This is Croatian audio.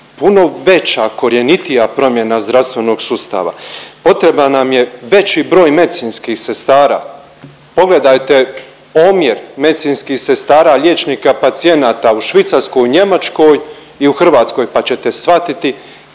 puno veća, korjenitija promjena zdravstvenog sustava, potrebna nam je veći broj medicinskih sestara. Pogledajte omjer medicinskih sestara, liječnika, pacijenata u Švicarskoj i Njemačkoj i u Hrvatskoj, pa ćete shvatiti